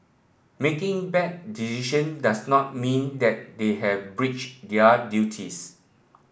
making bad decision does not mean that they have breached their duties